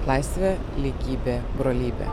laisvė lygybė brolybė